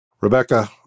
Rebecca